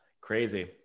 Crazy